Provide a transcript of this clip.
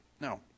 No